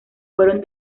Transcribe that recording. fueron